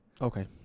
Okay